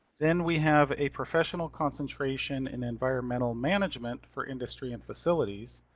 then we have a professional concentration in environmental management for industry and facilities.